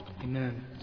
Amen